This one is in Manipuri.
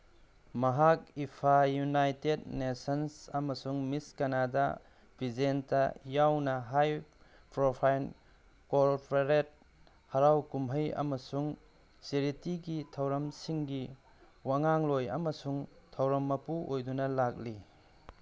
ꯃꯍꯥꯛ ꯏꯞꯐꯥ ꯌꯨꯅꯥꯏꯇꯦꯠ ꯅꯦꯁꯟꯁ ꯑꯃꯁꯨꯡ ꯃꯤꯁ ꯀꯅꯥꯗꯥ ꯄꯤꯖꯦꯟꯇ ꯌꯥꯎꯅ ꯍꯥꯏ ꯄ꯭ꯔꯣꯐꯥꯏꯟ ꯀꯣꯔꯣꯄꯔꯦꯠ ꯍꯔꯥꯎ ꯀꯨꯝꯍꯩ ꯑꯃꯁꯨꯡ ꯆꯦꯔꯤꯇꯤꯒꯤ ꯊꯧꯔꯝꯁꯤꯡꯒꯤ ꯋꯉꯥꯡꯂꯣꯏ ꯑꯃꯁꯨꯡ ꯊꯧꯔꯝ ꯃꯄꯨ ꯑꯣꯏꯗꯨꯅ ꯂꯥꯛꯂꯤ